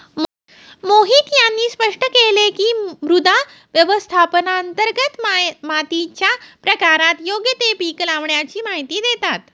मोहित यांनी स्पष्ट केले की, मृदा व्यवस्थापनांतर्गत मातीच्या प्रकारात योग्य ते पीक लावाण्याची माहिती देतात